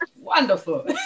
Wonderful